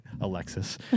Alexis